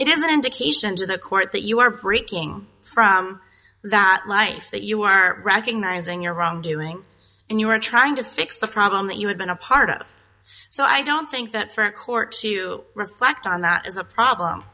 it is an indication to the court that you are preaching from that life that you are recognizing your wrongdoing and you are trying to fix the problem that you have been a part of so i don't think that for a court to reflect on that is a problem